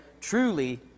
truly